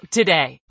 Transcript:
today